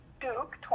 duke